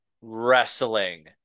wrestling